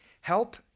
Help